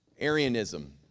Arianism